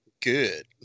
Good